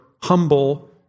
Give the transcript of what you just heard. humble